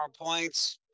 PowerPoints